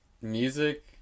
music